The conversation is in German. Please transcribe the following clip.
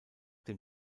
dem